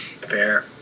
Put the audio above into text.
fair